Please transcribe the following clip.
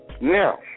Now